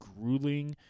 grueling